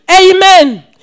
Amen